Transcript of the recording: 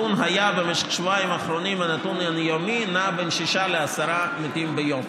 במשך השבועיים האחרונים הנתון היומי נע בין שישה לעשרה מתים ביום.